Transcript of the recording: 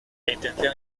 intención